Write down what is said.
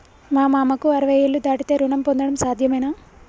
మా మామకు అరవై ఏళ్లు దాటితే రుణం పొందడం సాధ్యమేనా?